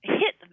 hit